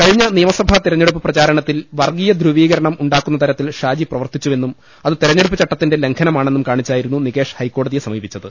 കഴിഞ്ഞ നിയമസഭാ തെരഞ്ഞെടുപ്പ് പ്രചരണത്തിൽ വർഗീയ ധ്രുവീകരണം ഉണ്ടാക്കുന്ന തരത്തിൽ ഷാജി പ്രവർത്തിച്ചുവെന്നും അത് തെര ഞ്ഞെടുപ്പ് ചട്ടത്തിന്റെ ലംഘനമാണെന്നും കാണിച്ചായിരുന്നു നികേഷ് ഹൈക്കോടതിയെ സമീപിച്ചത്